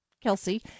Kelsey